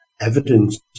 evidence